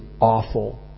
awful